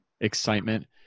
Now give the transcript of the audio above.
excitement